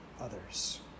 others